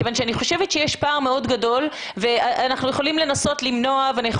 אני חושבת שיש פער מאוד גדול ואנחנו יכולים לנסות למנוע ואנחנו